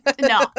no